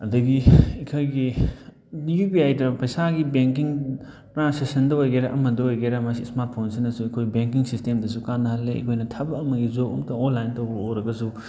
ꯑꯗꯒꯤ ꯑꯩꯈꯣꯏꯒꯤ U P ꯑꯥꯏꯗ ꯄꯩꯁꯥꯒꯤ ꯕꯦꯡꯀꯤꯡ ꯇ꯭ꯔꯥꯟꯁꯦꯛꯁꯟꯗ ꯑꯣꯏꯒꯦꯔꯥ ꯑꯃꯗ ꯑꯣꯏꯒꯦꯔꯥ ꯃꯁꯤ ꯏꯁꯃꯥꯔꯠ ꯐꯣꯟꯁꯤꯅꯁꯨ ꯑꯩꯈꯣꯏ ꯕꯦꯡꯀꯤꯡ ꯁꯤꯁꯇꯦꯝꯗꯁꯨ ꯀꯥꯟꯅꯍꯜꯂꯦ ꯑꯩꯈꯣꯏꯅ ꯊꯕꯛ ꯑꯃꯒꯤꯁꯨ ꯑꯃꯨꯛꯀ ꯑꯣꯟꯂꯥꯏꯟ ꯇꯧꯕ ꯑꯣꯏꯔꯒꯁꯨ